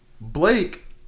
Blake